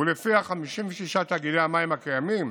שלפיה 56 תאגידי המים הקיימים